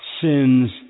sins